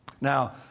Now